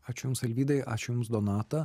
ačiū jums alvydai aš jums donata